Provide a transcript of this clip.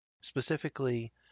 specifically